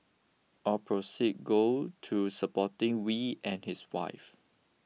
all proceed go to supporting Wee and his wife